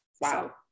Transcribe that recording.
Wow